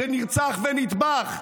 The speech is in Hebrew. שנרצח ונטבח.